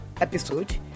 episode